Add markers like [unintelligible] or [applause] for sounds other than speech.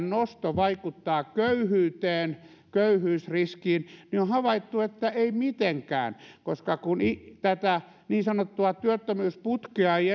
[unintelligible] nosto vaikuttaa köyhyyteen köyhyysriskiin niin on on havaittu että ei mitenkään koska kun tätä niin sanottua työttömyysputkea ei [unintelligible]